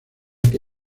que